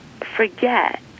forget